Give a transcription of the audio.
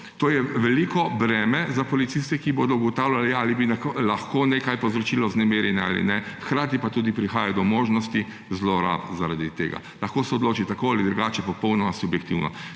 To je veliko breme za policiste, ki bodo ugotavljali, ali bi lahko nekaj povzročilo vznemirjenje ali ne. Hkrati pa tudi prihaja do možnosti zlorab zaradi tega; lahko se odloči tako ali drugače, popolnoma subjektivno.